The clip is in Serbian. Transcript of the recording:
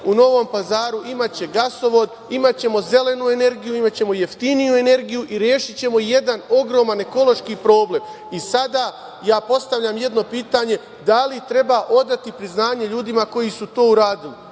u Novom Pazaru imaće gasovod, imaćemo zelenu energiju, imaćemo jeftiniju energiju i rešićemo jedan ogroman ekološki problem. Sada ja postavljam jedno pitanje – da li treba odati priznanje ljudima koji su to uradili?